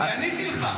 אני עניתי לך.